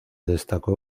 destacó